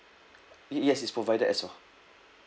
yes it's provided as well